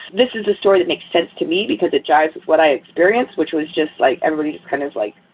this is a story that makes sense to me, because it jives with what i experienced, which was just like everybody is kind of like,